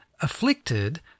afflicted